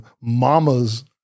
mama's